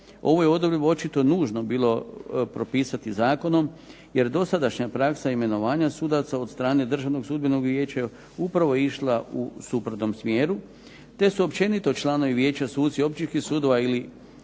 Ovu je odredbi očito nužno bilo propisati zakonom, jer dosadašnja praksa imenovanja sudaca od strane Državnog sudbenog vijeća upravo je išla u suprotnom smjeru, te su općenito članovi vijeća suci općinskih sudova, ili